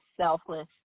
selfless